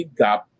gap